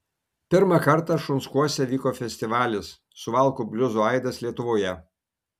pirmą kartą šunskuose vyko festivalis suvalkų bliuzo aidas lietuvoje